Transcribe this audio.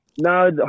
No